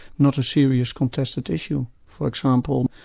not a serious contested issue. for example,